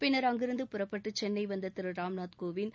பின்னா் அங்கிருந்து புறப்பட்டு சென்னை வந்த திரு ராம்நாத் கோவிந்த்